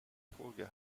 folge